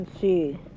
See